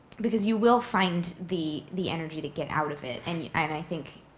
because you will find the the energy to get out of it. and i and i think